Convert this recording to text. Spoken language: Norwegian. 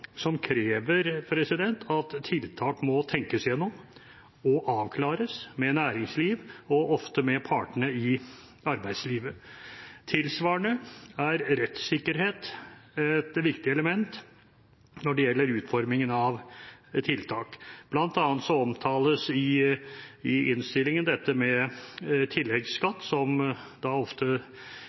som krever at tiltak må tenkes igjennom og avklares med næringsliv og ofte med partene i arbeidslivet. Tilsvarende er rettssikkerhet et viktig element når det gjelder utformingen av tiltak: Blant annet omtales det i innstillingen dette med tilleggsskatt, som ofte